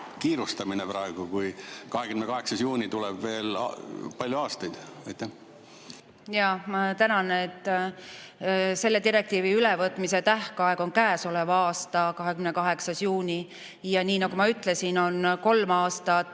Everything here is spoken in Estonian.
kiirustamine praegu, kui 28. juuni tuleb veel palju aastaid? Jaa, ma tänan! Selle direktiivi ülevõtmise tähtaeg on käesoleva aasta 28. juuni. Nii nagu ma ütlesin, on kolm aastat